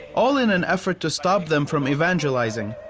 all in an effort to stop them from evangelizing.